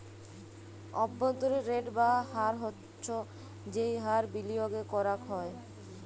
অব্ভন্তরীন রেট বা হার হচ্ছ যেই হার বিলিয়গে করাক হ্যয়